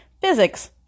physics